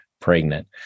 pregnant